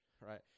right